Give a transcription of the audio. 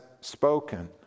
spoken